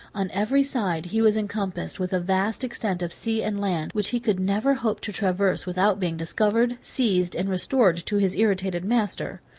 on every side he was encompassed with a vast extent of sea and land, which he could never hope to traverse without being discovered, seized, and restored to his irritated master.